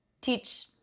teach